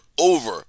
over